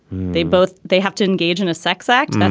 they both. they have to engage in a sex act. and